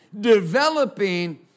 Developing